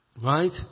Right